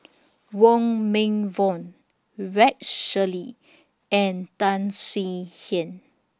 Wong Meng Voon Rex Shelley and Tan Swie Hian